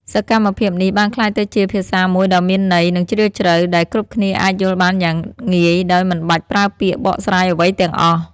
សកម្មភាពនេះបានក្លាយទៅជាភាសាមួយដ៏មានន័យនិងជ្រាលជ្រៅ ដែលគ្រប់គ្នាអាចយល់បានយ៉ាងងាយដោយមិនបាច់ប្រើពាក្យបកស្រាយអ្វីទាំងអស់។